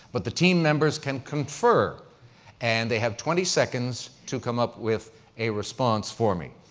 but the team members can confer and they have twenty seconds to come up with a response for me.